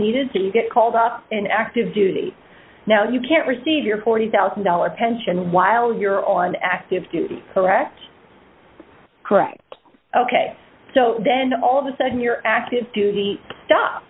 needed to get called up in active duty now you can't receive your forty thousand dollars pension while you're on active duty correct correct ok so then all of a sudden you're active duty stuff